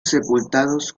sepultados